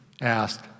asked